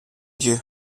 dieu